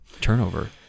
turnover